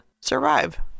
survive